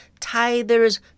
tithers